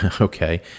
Okay